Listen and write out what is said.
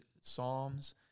psalms